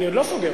אני עוד לא סוגר.